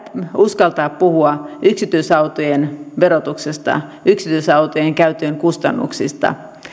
uskaltaa puhua yksityisautojen verotuksesta yksityisautojen käytön kustannuksista